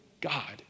God